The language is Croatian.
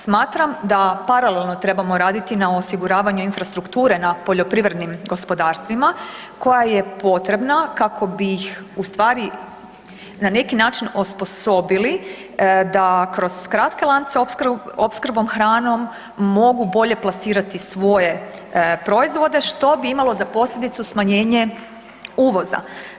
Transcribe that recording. Smatram da paralelno trebamo raditi na osiguravanju infrastrukture na poljoprivrednim gospodarstvima koja je potrebna kako bi ih ustvari na neki način osposobili da kroz kratke lance opskrbom hranom mogu bolje plasirati svoje proizvode što bi imalo za posljedicu smanjenje uvoza.